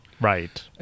Right